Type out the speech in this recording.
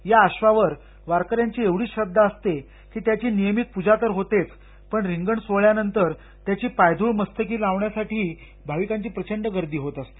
या अधावर वारकन्याची एवढी श्रध्दा असते की त्यांची नियमित पूजा तर होतेच पण रिंगण सोहळ्यानतर त्याची पायधूळ मस्तकी लावण्यासाठीही भाविकांची प्रचंड गर्दी होत असते